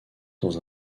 dans